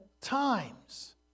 times